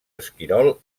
esquirol